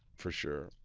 for sure.